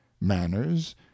manners